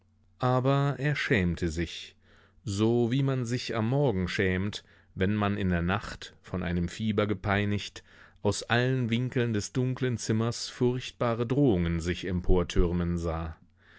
aber er schämte sich so wie man sich am morgen schämt wenn man in der nacht von einem fieber gepeinigt aus allen winkeln des dunklen zimmers furchtbare drohungen sich emportürmen sah